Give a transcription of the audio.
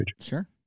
Sure